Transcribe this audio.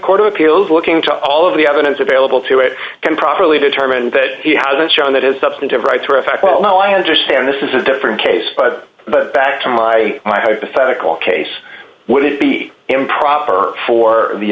court of appeals looking to all of the evidence available to it can properly determine that he hasn't shown that his substantive right to affect well i understand this is a different case but back to my my hypothetical case would it be improper for the